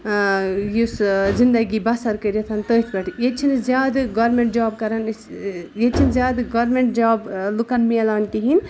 یُس زِندگی بسر کٔرِتھ تٔتھۍ پٮ۪ٹھٕے ییٚتہِ چھِنہٕ زیادٕ گورمٮ۪نٛٹ جاب کَران أسۍ ییٚتہِ چھِنہٕ زیادٕ گورمٮ۪نٛٹ جاب لُکَن ملان کِہیٖنۍ